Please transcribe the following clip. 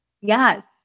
Yes